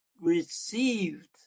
received